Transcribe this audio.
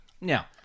Now